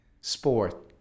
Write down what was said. sport